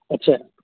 अच्छा